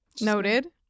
Noted